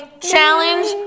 challenge